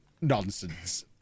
nonsense